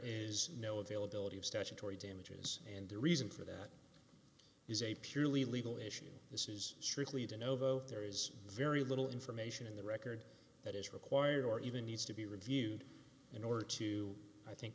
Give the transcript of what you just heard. is no availability of statutory damages and the reason for that is a purely legal issue this is strictly de novo there is very little information in the record that is required or even needs to be reviewed in order to i think